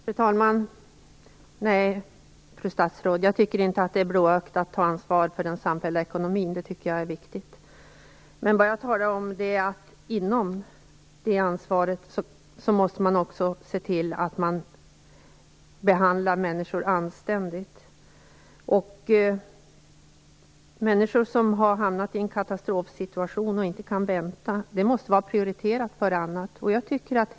Fru talman! Nej, fru statsråd, jag tycker inte att det är blåögt att ta ansvar för den samfällda ekonomin. Det är viktigt att man gör det. Men vad jag talade om var att man inom det ansvaret också måste se till att man behandlar människor anständigt. Man måste prioritera människor som har hamnat i en katastrofsituation och inte kan vänta före annat.